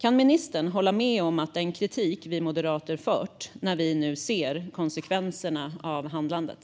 Kan ministern hålla med om den kritik Moderaterna har framfört, när vi nu ser konsekvenserna av handlandet?